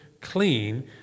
clean